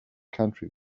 country